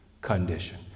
condition